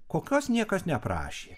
kokios niekas neprašė